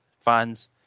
fans